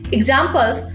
Examples